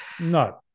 No